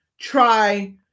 try